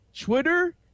Twitter